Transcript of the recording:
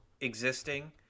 existing